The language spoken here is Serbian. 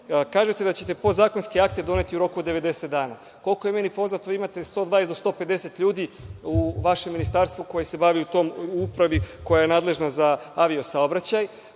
Kažete da ćete podzakonske akte doneti u roku od 90 dana. Koliko je meni poznato, vi imate 120 do 150 ljudi u vašem Ministarstvu koji se bavi u toj upravi koja je nadležan za avio-saobraćaj.